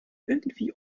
irgendwie